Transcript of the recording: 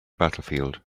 battlefield